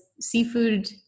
seafood